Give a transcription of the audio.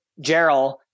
Gerald